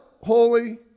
holy